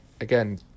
again